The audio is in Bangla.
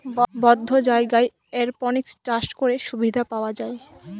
বদ্ধ জায়গায় এরপনিক্স চাষ করে সুবিধা পাওয়া যায়